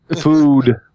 Food